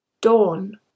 Dawn